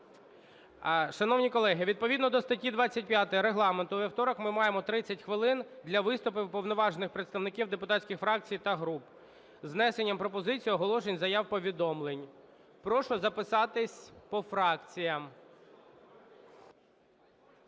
Шановні колеги, відповідно до статті 25 Регламенту у вівторок ми маємо 30 хвилин для виступів уповноважених представників депутатських фракцій та груп з внесенням пропозицій, оголошень, заяв, повідомлень. Прошу записатись по фракціям.